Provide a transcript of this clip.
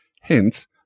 hence